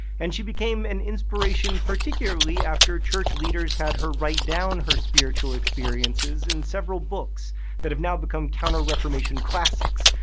and she became an inspiration particularly after church leaders had her write down her spiritual experiences in several books that have now become counter-reformation classics,